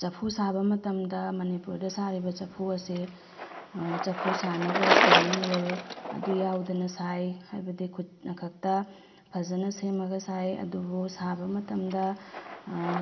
ꯆꯐꯨ ꯁꯥꯕ ꯃꯇꯝꯗ ꯃꯅꯤꯄꯨꯔꯗ ꯁꯥꯔꯤꯕ ꯆꯐꯨ ꯑꯁꯤ ꯆꯐꯨ ꯁꯥꯅꯕ ꯏꯁꯄꯤꯅꯤꯡ ꯍꯨꯏꯜ ꯑꯗꯨ ꯌꯥꯎꯗꯅ ꯁꯥꯏ ꯍꯥꯏꯕꯗꯤ ꯈꯨꯠꯅ ꯈꯛꯇ ꯐꯖꯅ ꯁꯦꯝꯃꯒ ꯁꯥꯏ ꯑꯗꯨꯕꯨ ꯁꯥꯕ ꯃꯇꯝꯗ